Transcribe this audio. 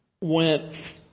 went